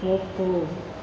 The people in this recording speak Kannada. ಒಪ್ಪು